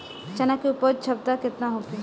चना के उपज क्षमता केतना होखे?